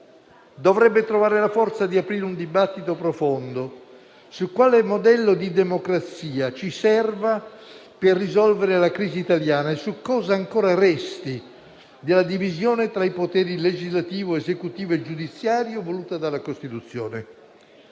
dovrebbe trovare la forza di aprire un dibattito profondo su quale modello di democrazia ci serva per risolvere la crisi italiana e su cosa ancora resti della divisione tra i poteri (legislativo, esecutivo e giudiziario) voluta dalla Costituzione.